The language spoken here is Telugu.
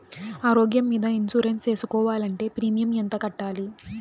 ఆరోగ్యం మీద ఇన్సూరెన్సు సేసుకోవాలంటే ప్రీమియం ఎంత కట్టాలి?